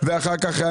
אז אני